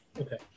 okay